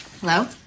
Hello